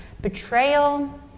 betrayal